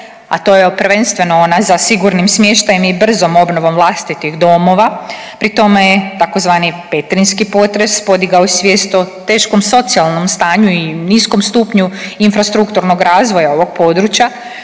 a to je prvenstveno ona za sigurnim smještajem i brzom obnovom vlastitih domova. Pri tome je tzv. Petrinjski potres podigao i svijest o teškom socijalnom stanju i niskom stupnju infrastrukturnog razvoja ovog područja.